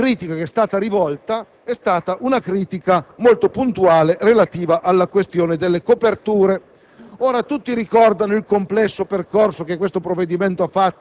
La terza critica che è stata rivolta è quella secondo la quale ci troveremmo in presenza di un intervento a carattere diseducativo.